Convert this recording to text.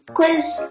Quiz